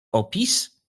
opis